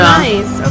nice